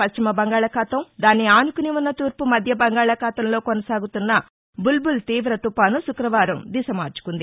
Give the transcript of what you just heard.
పశ్చిమ బంగాళాఖాతం దాన్ని ఆనుకుని ఉన్న తూర్పు మధ్య బంగాళాఖాతంలో కొనసాగతున్న బుల్బుల్ తీవ తుపాను శుక్రవారం దిశ మార్చుకుంది